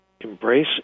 embrace